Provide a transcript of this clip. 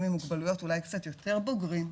עם מוגבלויות אולי קצת יותר בוגרים,